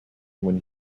when